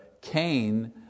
Cain